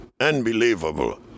unbelievable